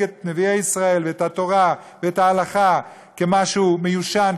את נביאי ישראל ואת התורה ואת ההלכה כמשהו מיושן,